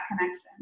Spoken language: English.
connection